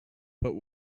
but